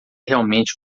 realmente